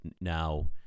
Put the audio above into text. now